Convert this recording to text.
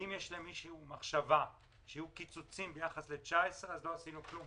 ואם יש למישהו מחשבה שיהיו קיצוצים ביחס ל-2019 אז לא עשינו כלום.